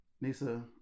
Nisa